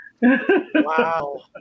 wow